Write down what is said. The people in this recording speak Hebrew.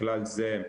בכלל זה,